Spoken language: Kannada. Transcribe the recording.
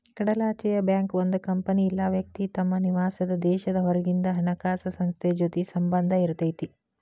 ಕಡಲಾಚೆಯ ಬ್ಯಾಂಕ್ ಒಂದ್ ಕಂಪನಿ ಇಲ್ಲಾ ವ್ಯಕ್ತಿ ತಮ್ ನಿವಾಸಾದ್ ದೇಶದ್ ಹೊರಗಿಂದ್ ಹಣಕಾಸ್ ಸಂಸ್ಥೆ ಜೊತಿ ಸಂಬಂಧ್ ಇರತೈತಿ